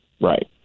Right